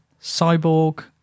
Cyborg